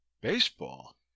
Baseball